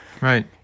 Right